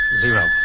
zero